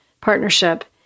partnership